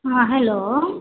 हँ हैलो